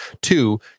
two